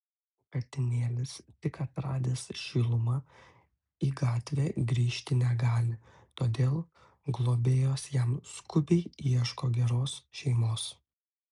katinėlis tik atradęs šilumą į gatvę grįžti negali todėl globėjos jam skubiai ieško geros šeimos